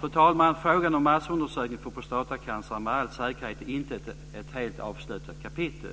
Fru talman! Frågan om massundersökningar för prostatacancer är med all säkerhet inte ett helt avslutat kapitel.